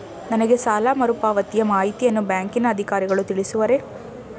ನನಗೆ ಸಾಲ ಮರುಪಾವತಿಯ ಮಾಹಿತಿಯನ್ನು ಬ್ಯಾಂಕಿನ ಅಧಿಕಾರಿಗಳು ತಿಳಿಸುವರೇ?